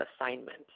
assignment